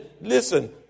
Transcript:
Listen